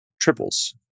triples